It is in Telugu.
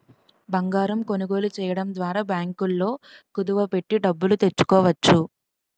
బంగారం కొనుగోలు చేయడం ద్వారా బ్యాంకుల్లో కుదువ పెట్టి డబ్బులు తెచ్చుకోవచ్చు